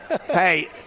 Hey